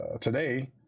today